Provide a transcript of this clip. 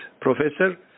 Professor